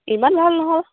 ইমান ভাল নহ'ল